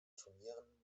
turnieren